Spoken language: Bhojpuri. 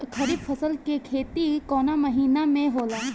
खरीफ फसल के खेती कवना महीना में होला?